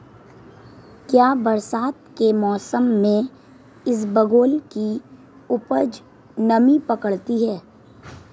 क्या बरसात के मौसम में इसबगोल की उपज नमी पकड़ती है?